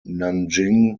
nanjing